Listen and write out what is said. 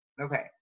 Okay